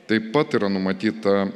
taip pat yra numatyta